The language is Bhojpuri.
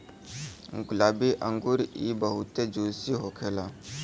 गुलाबी अंगूर इ बहुते जूसी होखेला